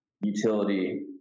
utility